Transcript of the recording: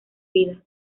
vida